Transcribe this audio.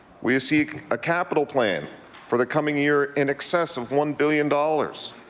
we see a capital plan for the coming year in excess of one billion dollars.